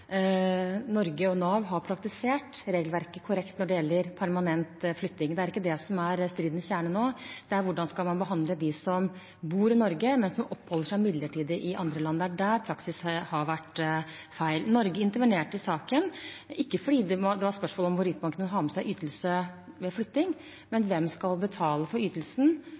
Norge og Nav har praktisert regelverket korrekt når det gjelder permanent flytting. Det er ikke det som er stridens kjerne nå, det er hvordan man skal behandle dem som bor i Norge, men som oppholder seg midlertidig i andre land. Det er der praksis har vært feil. Norge intervenerte i saken, ikke fordi det var spørsmål om hvorvidt man kunne ha med seg ytelse ved flytting, men hvem som skulle betale for ytelsen